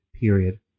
period